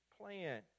plan